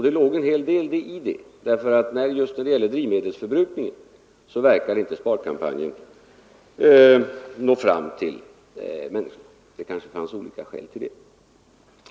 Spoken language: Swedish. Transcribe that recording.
Det låg en hel del i det, därför att just när det gäller drivmedelsförbrukningen verkade inte sparkampanjen nå fram till människorna. Det kanske fanns olika skäl till det.